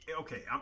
Okay